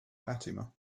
fatima